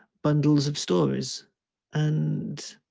bundles of stories and